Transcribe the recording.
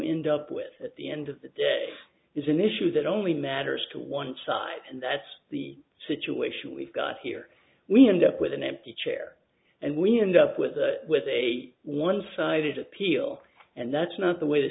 end up with at the end of the day is an issue that only matters to one side and that's the situation we've got here we end up with an empty chair and we end up with with a one sided appeal and that's not the way the